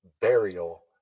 burial